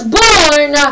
born